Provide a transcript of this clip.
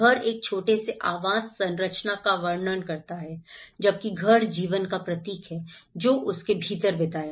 घर एक छोटे से आवास संरचना का वर्णन करता है जबकि घर जीवन का प्रतीक है जो इसके भीतर बिताया